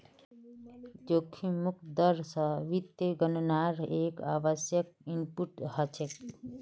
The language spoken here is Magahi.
जोखिम मुक्त दर स वित्तीय गणनार एक आवश्यक इनपुट हछेक